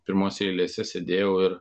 pirmose eilėse sėdėjau ir